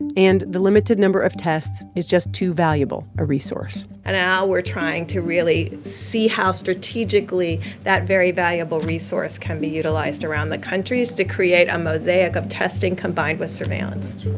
and the limited number of tests is just too valuable a resource and now we're trying to really see how strategically that very valuable resource can be utilized around the country is to create a mosaic of testing combined with surveillance